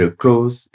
close